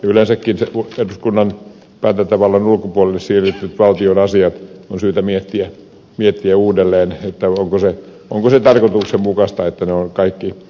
yleensäkin eduskunnan päätäntävallan ulkopuolelle siirretyt valtion asiat on syytä miettiä uudelleen onko tarkoituksenmukaista että ne on kaikki ulkoistettu